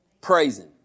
Praising